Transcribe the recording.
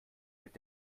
wird